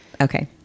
Okay